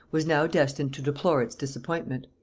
was now destined to deplore its disappointment.